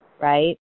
Right